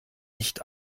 nicht